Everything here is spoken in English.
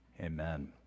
Amen